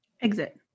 Exit